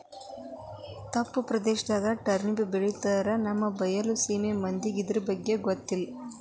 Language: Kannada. ತಪ್ಪು ಪ್ರದೇಶದಾಗ ಟರ್ನಿಪ್ ಬೆಳಿತಾರ ನಮ್ಮ ಬೈಲಸೇಮಿ ಮಂದಿಗೆ ಇರ್ದಬಗ್ಗೆ ಗೊತ್ತಿಲ್ಲ